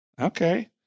Okay